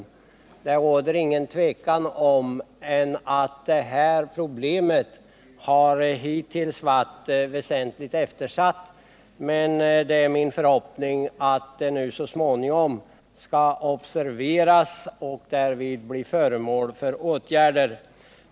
Det råder ingen tvekan om att det här problemet hittills har varit väsentligt eftersatt, men det är min förhoppning att det nu så småningom skall observeras och därvid bli föremål för åtgärder.